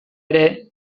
ere